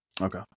Okay